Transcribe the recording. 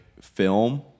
film